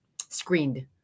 screened